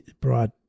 brought